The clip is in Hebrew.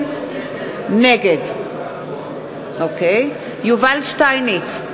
נגד יובל שטייניץ,